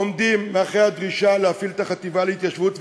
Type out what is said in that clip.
עומדים מאחורי הדרישה להפעיל את החטיבה להתיישבות,